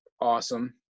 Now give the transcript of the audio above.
awesome